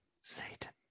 Satan